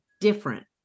different